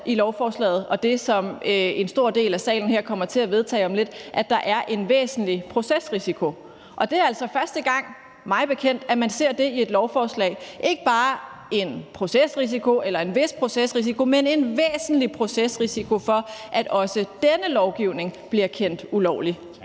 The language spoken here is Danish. i lovforslaget – det, som en stor del af salen kommer til at vedtage om lidt – at der er en væsentlig procesrisiko. Det er altså mig bekendt første gang, at man ser det i et lovforslag. Der er ikke bare en procesrisiko eller en vis procesrisiko, men en væsentlig procesrisiko for, at også denne lovgivning bliver kendt ulovlig.